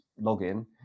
login